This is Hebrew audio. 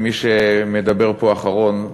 וכמי שמדבר פה אחרון,